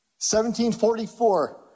1744